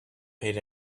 paid